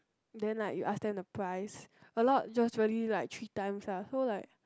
then like you ask them the price a lot just really like three times lah so like